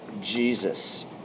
Jesus